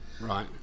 right